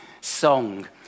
song